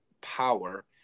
power